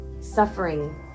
suffering